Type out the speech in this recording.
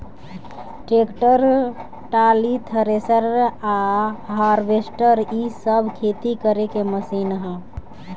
tractor, trolley, thresher आ harvester इ सब खेती करे के मशीन ह